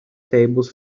tables